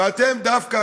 ואתם דווקא,